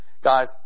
guys